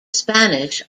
spanish